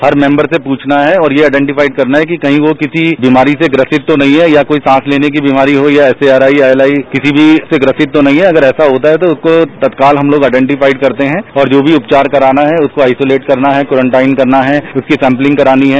हर member से पूछना है और यह आईबेन्टिवफाइव करना है कि कहीं यो किसी बीमारी से ग्रसित तो नहीं है या कोई सांस लेने की बीमारी हो या एस्वास्थाईया एल आई किसी भी ग्रसित तो नहीं है अगर ऐसा होता है तो उसको तत्काल उसको आईवेन्दिवप्राइव करते है और जो भी उपचार करना है उसको आईचोतेट करना है क्वारेंटाइन करनी है उनकी सैम्पितिंग करानी है